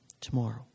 tomorrow